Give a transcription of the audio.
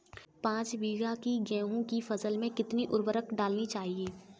पाँच बीघा की गेहूँ की फसल में कितनी उर्वरक डालनी चाहिए?